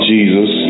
Jesus